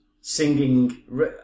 singing